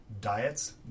diets